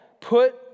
put